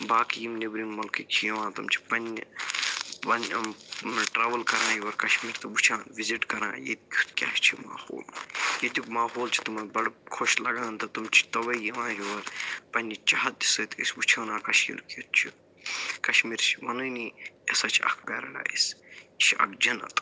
باقٕے یِم نٮ۪برِم مُلکٕکۍ چھِ یِوان تِم چھِ پَنٛنہِ پَنٕنۍ یِم ٹرٛاوٕل کران یور کَشمیٖر تہٕ وٕچھان وِزِٹ کران ییٚتہِ کیُتھ کیٛاہ چھِ ماحول ییٚتیُک ماحول چھِ تِمَن بَڑٕ خۄش لگان تہٕ تِم چھِ تَوَے یِوان یور پَنٛنہِ چاہَت سۭتۍ أسۍ وٕچھو نا کٔشیٖر کیُتھ چھِ کَشمیٖر چھِ وَنٲنی یہِ ہسا چھِ اَکھ پٮ۪رَڈایِس یہِ چھِ اَکھ جنت